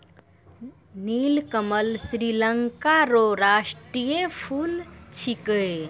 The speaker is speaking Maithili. नीलकमल श्रीलंका रो राष्ट्रीय फूल छिकै